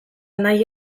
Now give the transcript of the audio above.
nahi